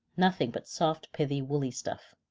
nothing but soft pithy woolly stuff.